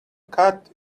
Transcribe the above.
cat